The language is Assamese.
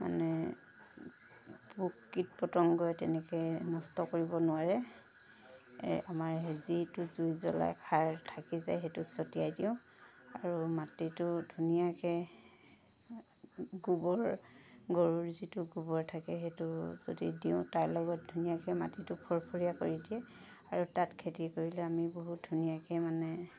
মানে পোক কিট পটঙ্গই তেনেকৈ নষ্ট কৰিব নোৱাৰে এই আমাৰ যিটো জুই জ্বলাই খাৰ থাকি যায় সেইটো ছটিয়াই দিওঁ আৰু মাটিটো ধুনীয়াকৈ গোবৰ গৰুৰ যিটো গোবৰ থাকে সেইটো যদি দিওঁ তাৰ লগত ধুনীয়াকৈ মাটিটো খৰখৰীয়া কৰি দিয়ে আৰু তাত খেতি কৰিলে আমি বহুত ধুনীয়াকৈ মানে